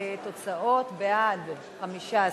התוצאות: בעד 15,